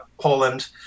Poland